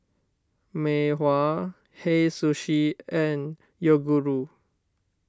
Mei Hua Hei Sushi and Yoguru